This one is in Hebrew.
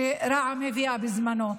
שרע"מ הביאה בזמנו,